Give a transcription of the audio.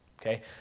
Okay